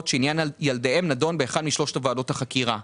שעניין ילדיהן נדון באחת משלוש ועדות החקירה.